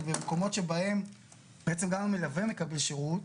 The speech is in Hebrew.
במקומות שבעצם גם המלווה מקבל שרות,